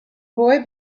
boy